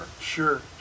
Sure